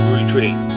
Retreat